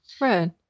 Right